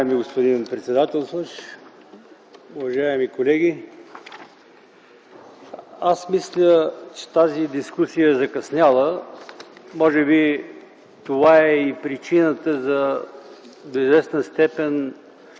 господин председателстващ, уважаеми колеги! Аз мисля, че тази дискусия е закъсняла, може би това е и причината до известна степен